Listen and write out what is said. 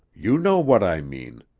you know what i mean.